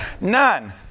None